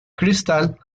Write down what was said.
cristal